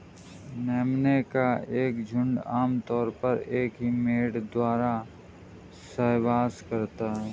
मेमने का एक झुंड आम तौर पर एक ही मेढ़े द्वारा सहवास करता है